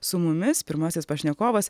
su mumis pirmasis pašnekovas